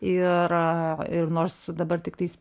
ir ir nors dabar tiktais